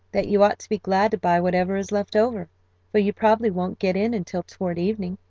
that you ought to be glad to buy whatever is left over for you probably won't get in until toward evening.